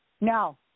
No